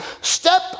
step